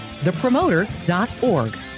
thepromoter.org